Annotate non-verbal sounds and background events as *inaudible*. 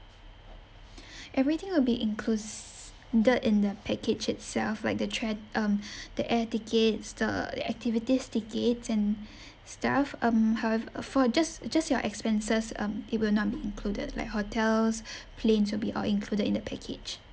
*breath* everything will be included in the package itself like the trad~ um the air tickets the activities tickets and stuff um howev~ for just just your expenses um it will not be included like hotels planes will be all included in the package